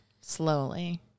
slowly